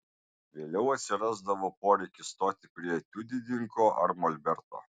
vėliau atsirasdavo poreikis stoti prie etiudininko ar molberto